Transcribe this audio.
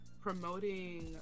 promoting